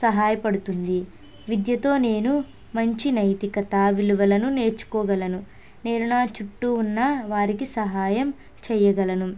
సహాయపడుతుంది విద్యతో నేను మంచి నైతికత విలువలను నేర్చుకోగలను నేను నా చుట్టూ ఉన్న వారికి సహాయం చేయగలను